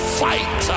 fight